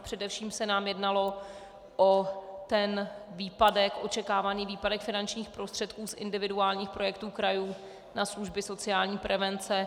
Především se nám jednalo o očekávaný výpadek finančních prostředků z individuálních projektů krajů na služby sociální prevence.